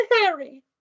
Harry